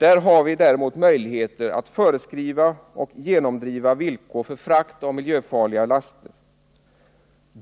har vi däremot möjlighet att föreskriva och genomdriva villkor för frakt av miljöfarliga laster.